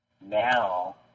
now